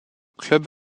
club